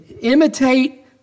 Imitate